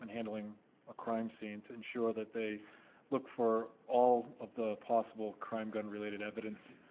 and handling a crime scene, to ensure that they look for all of the possible crime gun-related evidence.